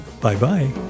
Bye-bye